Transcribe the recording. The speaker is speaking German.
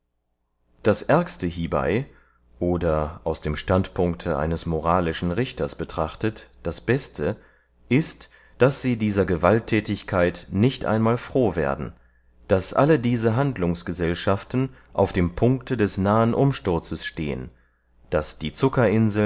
das aergste hiebey oder aus dem standpunkte eines moralischen richters betrachtet das beste ist daß sie dieser gewaltthätigkeit nicht einmal froh werden daß alle diese handlungsgesellschaften auf dem punkte des nahen umsturzes stehen daß die